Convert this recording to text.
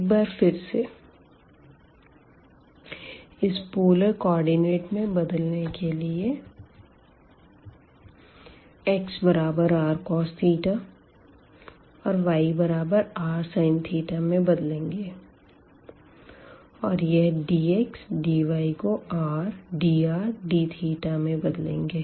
एक बार फिर से इसे पोलर कोऑर्डिनेट में बदलने के लिए xrcos औरyrsin में बदलेंगे और यह dx dy को rdrdθ से बदलेंगे